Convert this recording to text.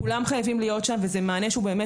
כולם חייבים להיות שם וזה מענה שהוא באמת